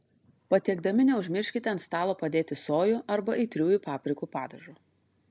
patiekdami neužmirškite ant stalo padėti sojų arba aitriųjų paprikų padažo